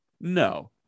no